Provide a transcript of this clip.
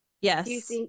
Yes